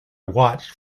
watched